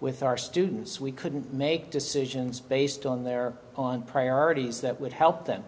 with our students we couldn't make decisions based on their on priorities that would help them